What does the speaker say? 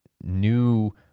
new